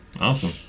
Awesome